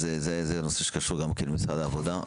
זה נושא שקשור גם כן למשרד העבודה.